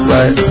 Right